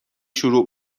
شروع